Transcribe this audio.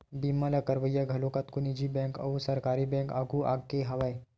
बीमा ल करवइया घलो कतको निजी बेंक अउ सरकारी बेंक आघु आगे हवय